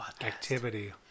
activity